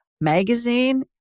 magazine